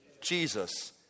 Jesus